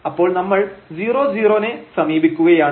അപ്പോൾ നമ്മൾ 00ത്തെ സമീപിക്കുകയാണ്